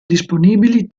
disponibili